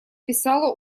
писала